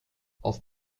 aus